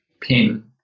pin